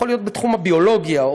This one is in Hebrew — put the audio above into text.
יכול להיות בתחום הביולוגיה,